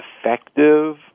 effective